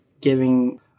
giving